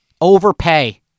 Overpay